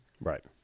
right